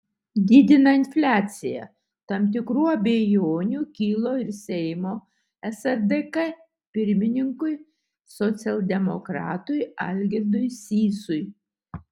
didina infliaciją tam tikrų abejonių kilo ir seimo srdk pirmininkui socialdemokratui algirdui sysui